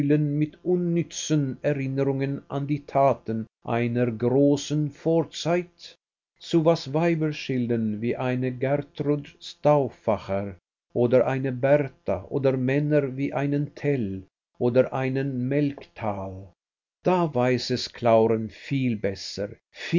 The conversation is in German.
mit unnützen erinnerungen an die taten einer großen vorzeit zu was weiber schildern wie eine gertrude stauffacher oder eine bertha oder männer wie einen tell oder einen melchthal da weiß es clauren viel besser